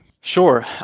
Sure